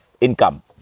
income